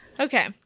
Okay